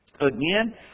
Again